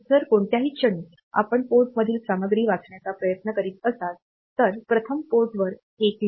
जर कोणत्याही क्षणी आपण पोर्टमधील सामग्री वाचण्याचा प्रयत्न करीत असाल तर प्रथम पोर्टवर 1 लिहा